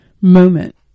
moment